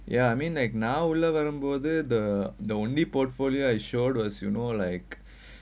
ya I mean like now உள்ளே வரும் மோதே:ullae varum modhae bother the the only portfolio I showed was more like